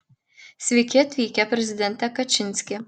sveiki atvykę prezidente kačinski